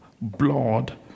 blood